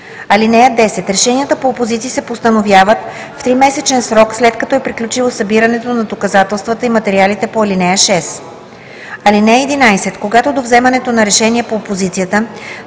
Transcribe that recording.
(10) Решенията по опозиции се постановяват в тримесечен срок, след като е приключило събирането на доказателствата и материалите по ал. 6. (11) Когато до вземането на решение по опозицията